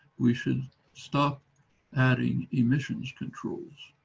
we should stop adding emissions controls.